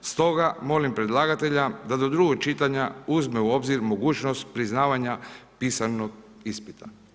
Stoga molim predlagatelja, da do drugog čitanja, uzme u obzir, mogućnost priznavanja pisanog ispita.